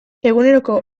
eguneroko